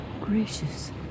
Gracious